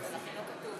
הכנסת,